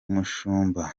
umushumba